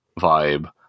vibe